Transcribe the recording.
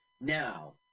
Now